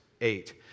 eight